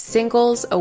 Singles